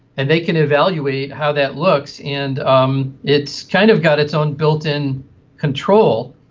and they can evaluate how that looks, and um it's kind of got its own built-in control.